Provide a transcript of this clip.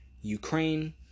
Ukraine